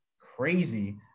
crazy